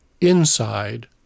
inside